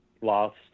Lost